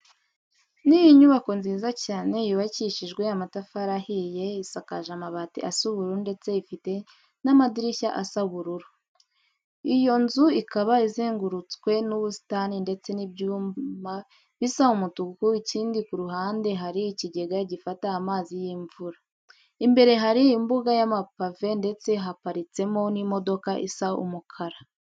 Ni inyubako nziza cyane yubakishijwe amatafari ahiye, isakaje amabati asa ubururu ndetse ifite n'amadirishya asa ubururu. Iyo nzu ikaba izengurutswe n'ubusitani ndetse n'ibyuma bisa umutuku, ikindi ku ruhande hari ikigega gifata amazi y'imvura. Imbere hari imbuga y'amapave ndetse haparitsemo n'imodoka isa umukara.